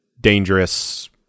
dangerous